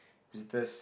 visitors